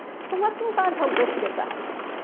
so let's move on to risk assessment.